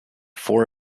four